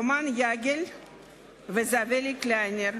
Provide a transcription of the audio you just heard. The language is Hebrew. רומן יגל וזבלי קליינר,